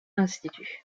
institut